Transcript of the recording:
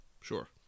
Sure